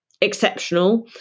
exceptional